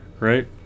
Right